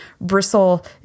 bristle